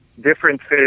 differences